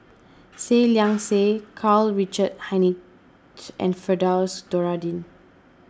Seah Liang Seah Karl Richard Hanitsch and Firdaus Nordin